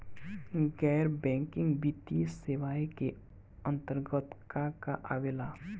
गैर बैंकिंग वित्तीय सेवाए के अन्तरगत का का आवेला?